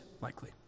likely